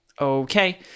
Okay